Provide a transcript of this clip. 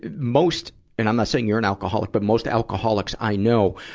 and most and i'm not saying you're an alcoholic but most alcoholics i know,